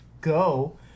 go